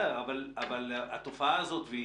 התופעה הזאת,